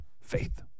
Faith